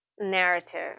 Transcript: narrative